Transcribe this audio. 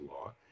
law